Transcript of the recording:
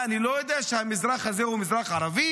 מה, אני לא יודע שהמזרח הזה הוא מזרח ערבי?